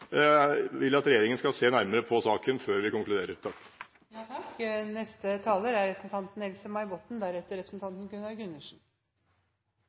vil at regjeringen skal se nærmere på saken før vi konkluderer.